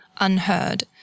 unheard